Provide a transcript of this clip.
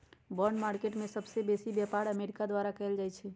bond market में सबसे बेसी व्यापार अमेरिका द्वारा कएल जाइ छइ